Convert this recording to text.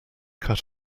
cut